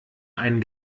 einen